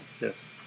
yes